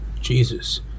Jesus